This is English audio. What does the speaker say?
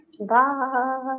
Bye